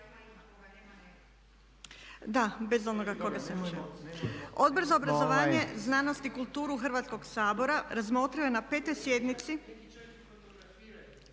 Da, bez onoga koga se može. Odbor za obrazovanje, znanost i kulturu Hrvatskog sabora razmotrio je na 5. sjednici…